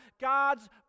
God's